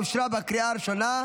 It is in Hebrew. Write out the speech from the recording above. אושרה בקריאה הראשונה,